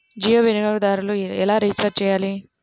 జియో వినియోగదారులు ఎలా రీఛార్జ్ చేయాలి?